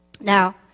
Now